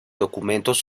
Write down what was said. documentos